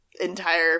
entire